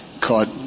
caught